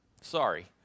sorry